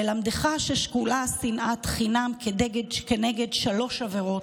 ללמדך ששקולה שנאת חינם כנגד שלוש עבירות: